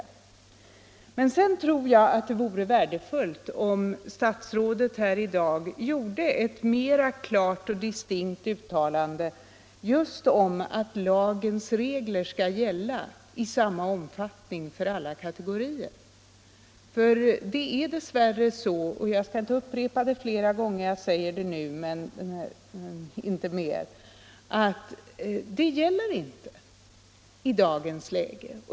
sansa Men sedan tror jag att det vore värdefullt om statsrådet här i dag Om taxeringen av gjorde ett mera klart och distinkt uttalande om att lagens regler skall olika kategorier gälla i samma omfattning för alla kategorier. Det är dess värre så — jag skattskyldiga säger det nu men skall inte upprepa det mera — att det inte gäller i dagens läge.